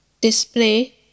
Display